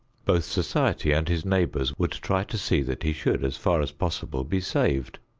both society and his neighbors would try to see that he should, as far as possible, be saved.